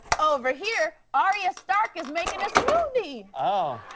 over here, arya stark is making a smoothie. oh.